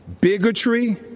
bigotry